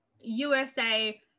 USA